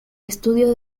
estudio